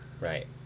Right